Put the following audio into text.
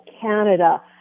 Canada